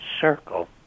circle